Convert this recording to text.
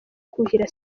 kuhira